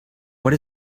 what